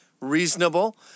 reasonable